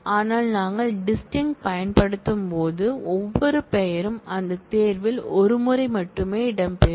ஆனால் நாங்கள் டிஸ்டின்க்ட பயன்படுத்தும்போது ஒவ்வொரு பெயரும் அந்தத் தேர்வில் ஒரு முறை மட்டுமே இடம்பெறும்